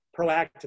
proactively